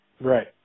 Right